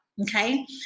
okay